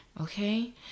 Okay